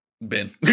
Ben